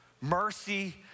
Mercy